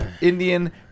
Indian